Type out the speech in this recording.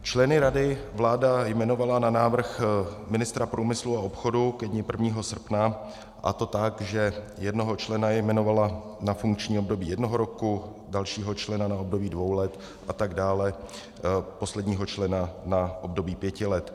Členy rady vláda jmenovala na návrh ministra průmyslu a obchodu ke dni 1. srpna, a to tak, že jednoho člena jmenovala na funkční období jednoho roku, dalšího člena na období dvou let a tak dále, posledního člena na období pěti let.